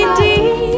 deep